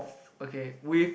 okay with